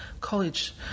college